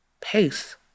pace